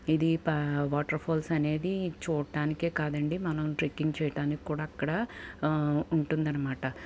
ఇది పా వాటర్ఫాల్స్ అనేది చూడటానికే కాదండి మనం ట్రెక్కింగ్ చేయడానికి కూడా అక్కడ ఉంటుంది అనమాట